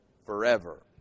forever